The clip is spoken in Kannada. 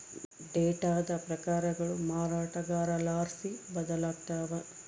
ಡೇಟಾದ ಪ್ರಕಾರಗಳು ಮಾರಾಟಗಾರರ್ಲಾಸಿ ಬದಲಾಗ್ತವ